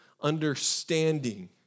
understanding